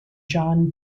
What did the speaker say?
john